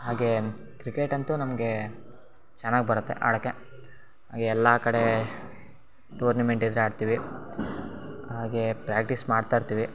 ಹಾಗೇ ಕ್ರಿಕೆಟಂತೂ ನಮಗೆ ಚೆನ್ನಾಗಿ ಬರುತ್ತೆ ಆಡೋಕ್ಕೆ ಹಾಗೇ ಎಲ್ಲ ಕಡೆ ಟೂರ್ನಿಮೆಂಟ್ ಇದ್ದರೆ ಆಡ್ತೀವಿ ಹಾಗೇ ಪ್ರ್ಯಾಟ್ಟೀಸ್ ಮಾಡ್ತಾ ಇರ್ತೀವಿ